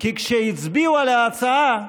כי כשהצביעו על ההצעה,